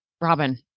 Robin